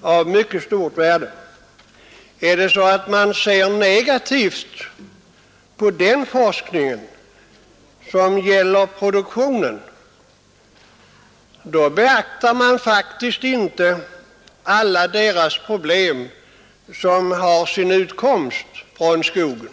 av mycket stort värde. Ser man negativt på den forskning som gäller produktionen, då beaktar man faktiskt inte deras problem, som har sin utkomst från skogen.